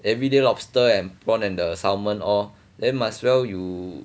everyday lobster and prawn and the salmon all then might as well you